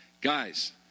guys